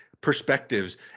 perspectives